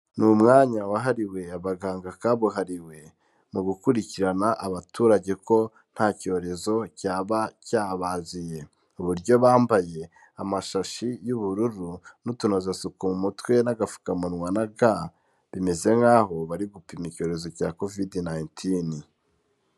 Ni umwanya wahariwe abaganga kabuhariwe mu gukurikirana abaturage ko nta cyorezo cyaba cyabaziye, uburyo bambaye amashashi y'ubururu n'utunozasuku mu mutwe n'agapfukamunwa na ga, bimeze nk'aho bari gupima icyorezo cya covid nineteen.